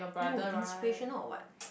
no inspirational or what